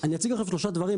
אני אציג עכשיו שלושה דברים.